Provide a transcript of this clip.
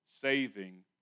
saving